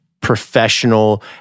professional